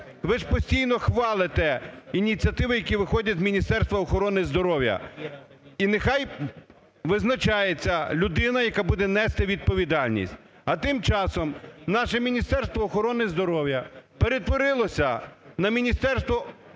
Ви ж постійно хвалите ініціативи, які виходять з Міністерства охорони здоров'я. І нехай визначається людина, яка буде нести відповідальність. А тим часом наше Міністерство охорони здоров'я перетворилось на міністерство особливої загрози.